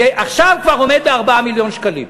זה עכשיו כבר עומד על 4 מיליון שקלים.